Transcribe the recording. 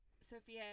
Sophia